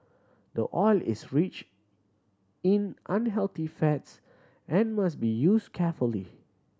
the oil is rich in unhealthy fats and must be used carefully